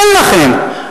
אין לכם.